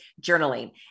journaling